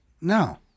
No